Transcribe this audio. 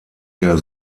der